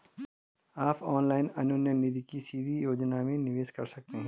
आप ऑनलाइन अन्योन्य निधि की सीधी योजना में निवेश कर सकते हैं